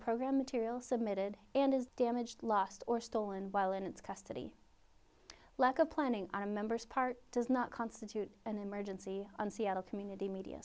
program material submitted and is damaged lost or stolen while in its custody lack of planning are members part does not constitute an emergency and seattle community media